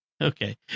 Okay